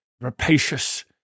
rapacious